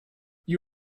you